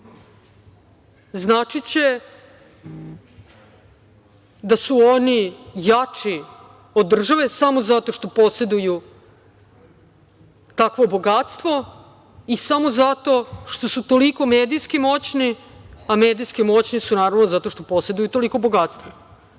značiće da su oni jači od države samo zato što poseduju takvo bogatstvo i samo zato što su toliko medijski moćni, a medijski moćni su naravno zato što poseduju toliko bogatstvo